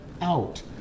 out